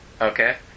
Okay